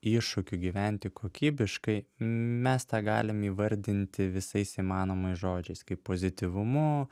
iššūkių gyventi kokybiškai mes tą galim įvardinti visais įmanomais žodžiais kaip pozityvumu